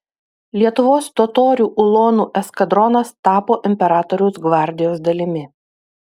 lietuvos totorių ulonų eskadronas tapo imperatoriaus gvardijos dalimi